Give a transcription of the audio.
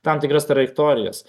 tam tikras trajektorijas